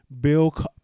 Bill